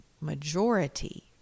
majority